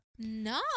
No